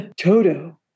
Toto